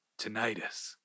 tinnitus